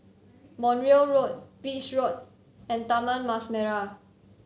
Montreal Road Beach View and Taman Mas Merah